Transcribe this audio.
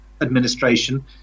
administration